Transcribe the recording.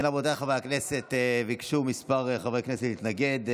רבותיי חברי הכנסת, ביקשו כמה חברי כנסת להתנגד.